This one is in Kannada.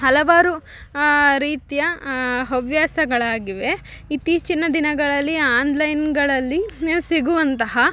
ಹಲವಾರು ರೀತಿಯ ಹವ್ಯಾಸಗಳಾಗಿವೆ ಇತ್ತಿಚೀನ ದಿನಗಳಲ್ಲಿ ಆನ್ಲೈನ್ಗಳಲ್ಲಿ ಸಿಗುವಂತಹ